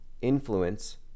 influence